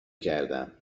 کردم